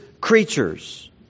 creatures